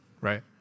right